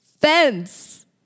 fence